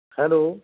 hello